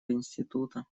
института